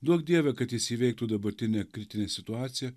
duok dieve kad jis įveiktų dabartinę kritinę situaciją